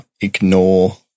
ignore